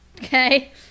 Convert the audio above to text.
Okay